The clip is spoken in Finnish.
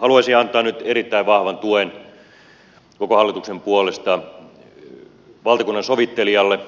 haluaisin antaa nyt erittäin vahvan tuen koko hallituksen puolesta valtakunnansovittelijalle